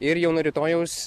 ir jau nuo rytojaus